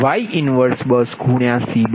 હવે આVBUSYBUS 1CBUS છે